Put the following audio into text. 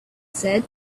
said